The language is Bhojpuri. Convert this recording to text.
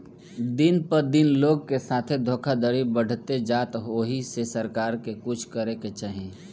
दिन प दिन लोग के साथे धोखधड़ी बढ़ते जाता ओहि से सरकार के कुछ करे के चाही